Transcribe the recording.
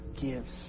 gives